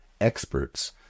experts